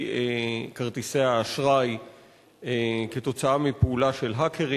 כרטיסי האשראי כתוצאה מפעולה של האקרים.